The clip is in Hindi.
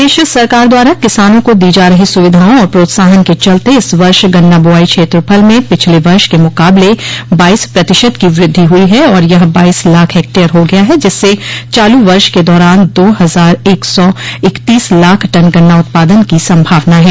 प्रदेश सरकार द्वारा किसानों को दी जा रही सुविधाओं और प्रोत्साहन के चलते इस वर्ष गन्ना बोआई क्षेत्रफल में पिछले वर्ष के मुकाबले बाईस प्रतिशत की वृद्धि हुई है और यह बाईस लाख हेक्टेयर हो गया है जिससे चालू वर्ष के दौरान दो हजार एक सौ इकतीस लाख टन गन्ना उत्पादन की संभावना है